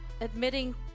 admitting